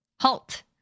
HALT